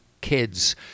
kids